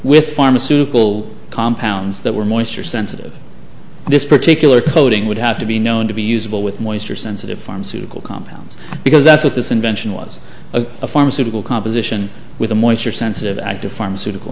with pharmaceutical compounds that were moisture sensitive this particular coating would have to be known to be usable with moisture sensitive pharmaceutical compounds because that's what this invention was a pharmaceutical composition with a moisture sensitive active pharmaceutical